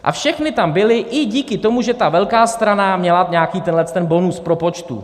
A všechny tam byly i díky tomu, že ta velká strana měla nějaký tenhleten bonus propočtu.